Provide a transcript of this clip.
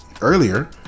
earlier